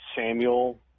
Samuel